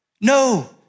No